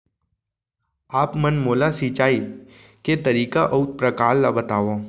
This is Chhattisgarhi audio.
आप मन मोला सिंचाई के तरीका अऊ प्रकार ल बतावव?